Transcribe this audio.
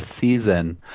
season